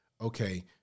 Okay